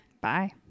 bye